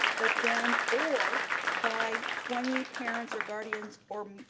but then, or by twenty parents or guardians, or